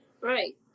Right